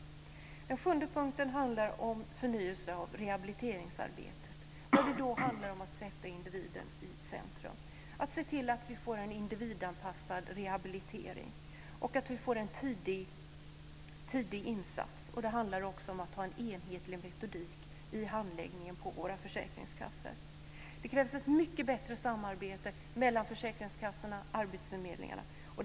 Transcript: Den sjunde punkten handlar om förnyelse av rehabiliteringsarbetet. Det handlar om att sätta individen i centrum, att se till att få en individanpassad rehabilitering och att få en tidig insats. Det handlar också om att ha en enhetlig metodik i handläggningen på våra försäkringskassor. Det krävs ett mycket bättre samarbete mellan försäkringskassorna och arbetsförmedlingarna.